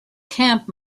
camp